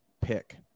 pick